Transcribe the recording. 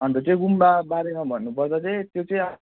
अन्त त्यो गुम्बा बारेमा भन्नुपर्दा चाहिँ त्यो चाहिँ